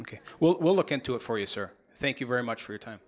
ok well we'll look into it for you sir thank you very much for time